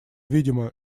видимо